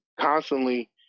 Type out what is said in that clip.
constantly